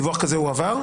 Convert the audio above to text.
דיווח כזה הועבר?